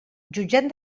jutjant